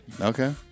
Okay